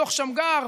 דוח שמגר,